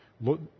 Look